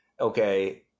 okay